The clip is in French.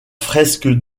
fresque